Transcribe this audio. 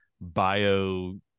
bio